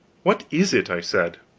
what is it? i said.